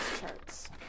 charts